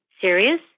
serious